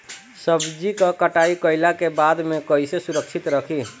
सब्जी क कटाई कईला के बाद में कईसे सुरक्षित रखीं?